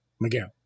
Miguel